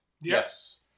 Yes